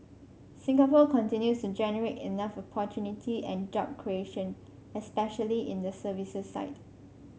Singapore continues to generate enough opportunity and job creation especially in the services side